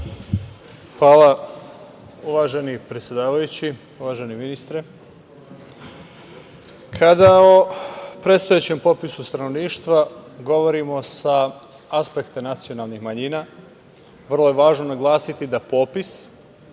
Hvala. Uvaženi predsedavajući, uvaženi ministre, kada o predstojećem popisu stanovništva govorimo sa aspekta nacionalnih manjina vrlo je važno naglasiti da popis